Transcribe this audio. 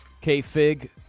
K-Fig